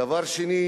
דבר שני,